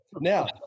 Now